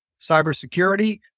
Cybersecurity